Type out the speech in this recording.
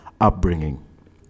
upbringing